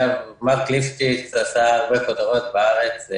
מארק ליפשיץ עשה הרבה כותרות בארץ.